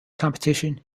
competition